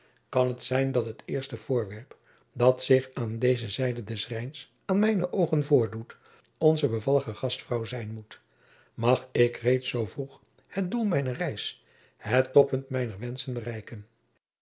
kan t zijn dat het eerste voorwerp dat zich aan deze zijde des rijns aan mijne oogen voordoet onze bevallige gastvrouw zijn moet mag ik reeds zoo vroeg het doel mijner reis het toppunt mijner wenschen bereiken